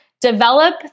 develop